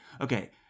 Okay